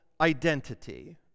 identity